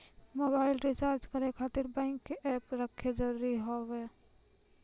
Mobile recharge करे खातिर bank के ऐप रखे जरूरी हाव है?